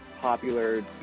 popular